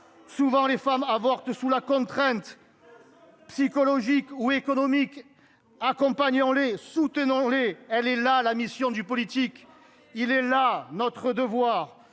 souvent les femmes avortent sous la contrainte psychologique ou économique accompagnant les soutenons-les, elle est là la mission du politique, il est là notre devoir